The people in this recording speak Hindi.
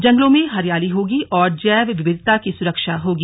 जंगलों में हरियाली होगी और जैव विविधता की सुरक्षा होगी